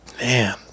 man